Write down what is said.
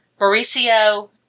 Mauricio